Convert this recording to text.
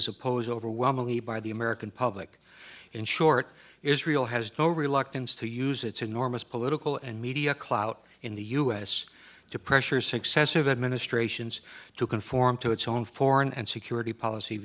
is opposed overwhelmingly by the american public in short israel has no reluctance to use its enormous political and media clout in the us to pressure successive administrations to conform to its own foreign and security policy